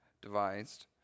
devised